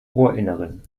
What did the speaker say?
ohrinneren